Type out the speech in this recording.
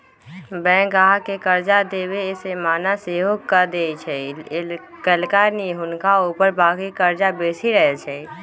bank गाहक के कर्जा देबऐ से मना सएहो कऽ देएय छइ कएलाकि हुनका ऊपर बाकी कर्जा बेशी रहै छइ